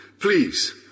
Please